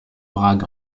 bragg